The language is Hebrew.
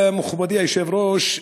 מכובדי היושב-ראש,